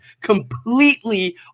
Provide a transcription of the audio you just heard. completely